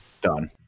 Done